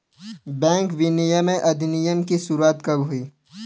Bank विनियमन अधिनियम की शुरुआत कब हुई?